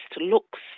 looks